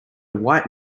white